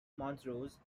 montrose